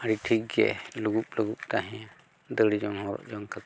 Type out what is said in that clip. ᱟᱹᱰᱤ ᱴᱷᱤᱠ ᱜᱮ ᱞᱩᱜᱩᱵ ᱞᱩᱜᱩᱵ ᱛᱟᱦᱮᱜᱼᱟ ᱫᱟᱹᱲ ᱡᱚᱝ ᱦᱚᱨᱚᱜ ᱡᱚᱝ ᱠᱟᱛᱮᱫ